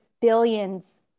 billions